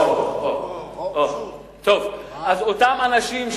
אותם אנשים,